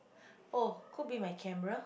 oh could be my camera